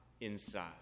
inside